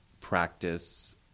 practice